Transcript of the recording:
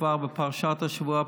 וכבר בפרשת השבוע,